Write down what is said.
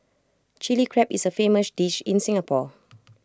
Chilli Crab is A famous dish in Singapore